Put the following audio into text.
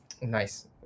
Nice